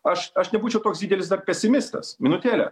aš aš nebūčiau toks didelis dar pesimistas minutėlę